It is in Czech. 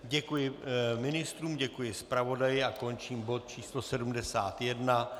Děkuji ministrům, děkuji zpravodaji a končím bod číslo 71.